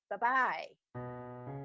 Bye-bye